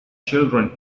children